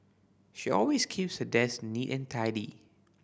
she always keeps her desk neat and tidy